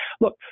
look